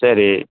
சரி